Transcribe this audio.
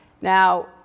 Now